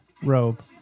Robe